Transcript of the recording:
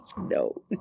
No